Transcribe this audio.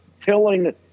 telling –